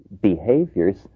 behaviors